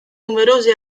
numerosi